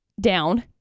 down